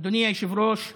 אדוני היושב-ראש,